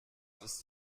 ist